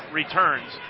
returns